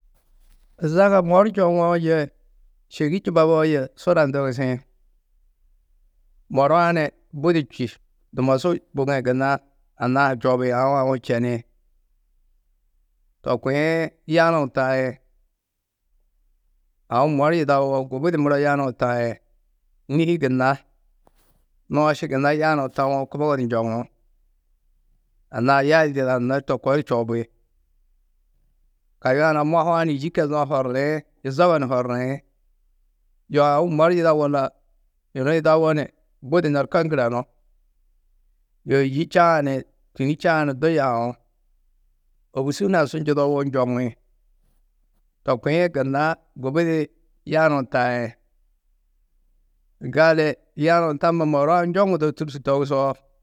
Zaga mor njoŋoo yê šêgi njubaboo yê sura ndogusĩ. Mor-ã ni budi čî, dumosu bugo-ĩ gunna anna-ã ha čoobi, aũ aũ hu čeni. To kuĩ yanuũ taĩ. Aũ mor yidauwo gubudi muro yanuũ taĩ, nîhi gunna. Nooši gunna yanuũ taũwo kubogo di njoŋú. Anna-ã yayundu yidadunnó di to koo di čoobi. Kayuã nuã mohua ni yî kezuũ ni horiĩ, yuzogo ni horiĩ. Yoo aũ mor yida wolla yunu yidaũwo ni budi nerko ŋgirenú. Yoo yî čaã ni tûni čaã ni du yaú, ôbusu hunã su njudouwo njoŋi. To kuĩ gunna gubudi yanuũ taĩ. Gali yanuũ tamma mor-ã njoŋgudo tûrtu togusoo.